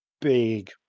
big